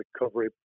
recovery